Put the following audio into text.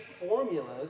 formulas